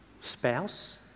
spouse